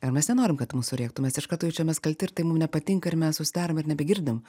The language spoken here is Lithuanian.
ir mes nenorim kad ant mūsų rėktų mes iš karto jaučiamės kalti ir tai mum nepatinka ir mes užsidarom ir nebegirdim